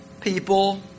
people